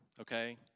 okay